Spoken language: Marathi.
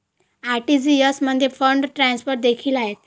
आर.टी.जी.एस मध्ये फंड ट्रान्सफर देखील आहेत